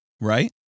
right